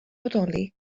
bodoli